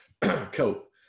coat